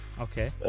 Okay